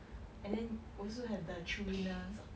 and then also have the chewiness